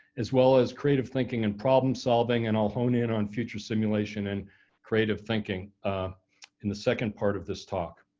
as well as creative thinking and problem solving and i'll hone in on future simulation and creative thinking ah in the second part of this talk.